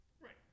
Right